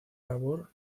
labor